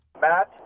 Matt